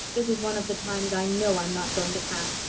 this is one of the times i know i'm not going to pass.